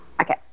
Okay